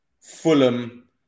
Fulham